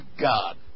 God